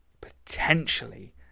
potentially